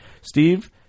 Steve